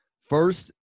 First